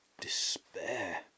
despair